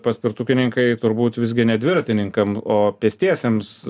paspirtukininkai turbūt visgi ne dviratininkam o pėstiesiems